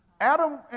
Adam